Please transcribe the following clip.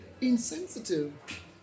insensitive